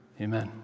Amen